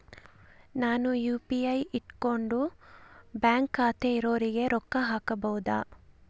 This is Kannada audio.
ನಾನು ಯು.ಪಿ.ಐ ಇಟ್ಕೊಂಡು ಬ್ಯಾಂಕ್ ಖಾತೆ ಇರೊರಿಗೆ ರೊಕ್ಕ ಹಾಕಬಹುದಾ?